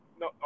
no